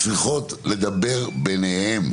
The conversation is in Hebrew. צריכות לדבר ביניהן.